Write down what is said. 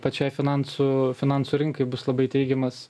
pačiai finansų finansų rinkai bus labai teigiamas